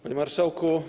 Panie Marszałku!